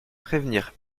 prévenir